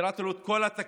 פירטתי לו את כל התקציב